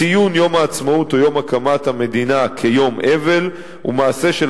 ציון יום העצמאות או יום הקמת המדינה כיום אבל ומעשה של